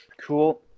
cool